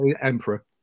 emperor